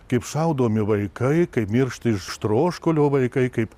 kaip šaudomi vaikai kaip miršta iš troškulio vaikai kaip